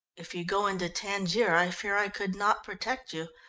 if you go into tangier i fear i could not protect you,